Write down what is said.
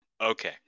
okay